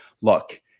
Look